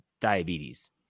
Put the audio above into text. diabetes